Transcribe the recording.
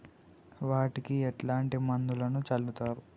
వాటికి ఎట్లాంటి మందులను చల్లుతరు?